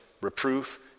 reproof